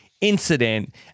incident